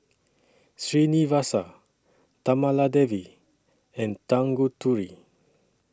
Srinivasa Kamaladevi and Tanguturi